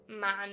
man